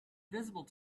visible